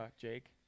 Jake